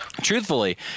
Truthfully